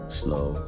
slow